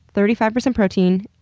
thirty five percent protein,